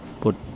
put